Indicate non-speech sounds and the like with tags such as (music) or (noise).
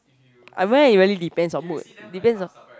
(noise) I really depends on mood depends on